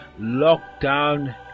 lockdown